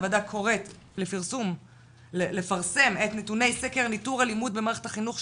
הוועדה קוראת לפרסם את נתוני סקר ניתור אלימות במערכת החינוך,